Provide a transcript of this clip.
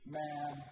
man